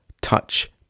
touch